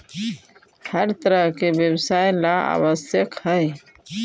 हर तरह के व्यवसाय ला आवश्यक हई